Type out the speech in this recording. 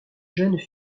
jeune